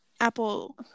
Apple